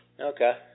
Okay